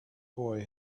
boy